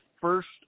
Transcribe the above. first